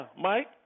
Mike